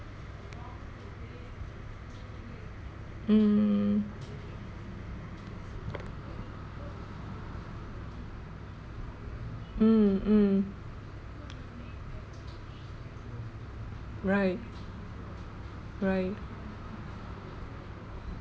mm mm mm right right